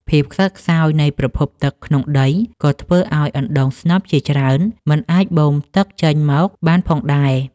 ភាពខ្សត់ខ្សោយនៃប្រភពទឹកក្នុងដី ក៏ធ្វើឱ្យអណ្ដូងស្នប់ជាច្រើនមិនអាចបូមទឹកចេញមកបានផងដែរ។